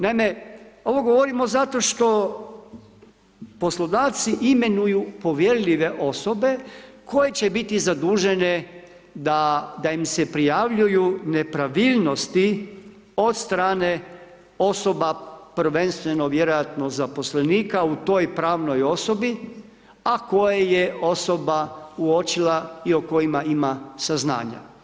Naime, ovo govorimo zato što poslodavci imenuju povjerljive osobe koje će biti zadužene da im se prijavljuju nepravilnosti od strane osoba, prvenstveno vjerojatno zaposlenika u toj pravnoj osobi, a koja je osoba uočila i o kojima ima saznanja.